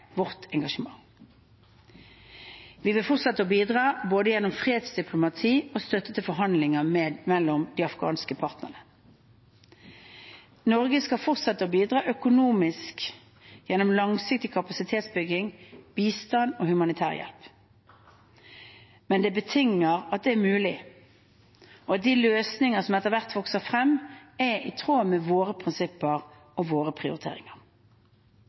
vårt engasjement. Vi vil fortsette å bidra både gjennom fredsdiplomati og støtte til forhandlinger mellom de afghanske partene. Norge skal fortsette å bidra økonomisk, gjennom langsiktig kapasitetsbygging, bistand og humanitær hjelp. Men dette betinger at det er mulig, og at de løsningene som etter hvert vokser frem, er i tråd med våre prinsipper og våre prioriteringer.